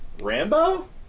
Rambo